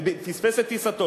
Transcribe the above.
ופספס את טיסתו,